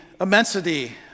immensity